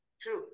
True